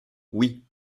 oui